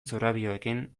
zorabioekin